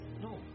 No